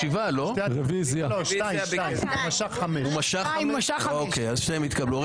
אמרתי, המליאה תיפתח אבל אפשר